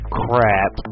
crap